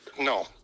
No